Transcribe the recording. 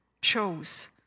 chose